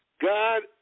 God